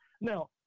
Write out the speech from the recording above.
Now